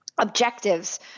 objectives